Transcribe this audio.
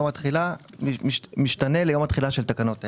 יום התחילה משתנה ליום התחילה של תקנות אלו.